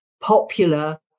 popular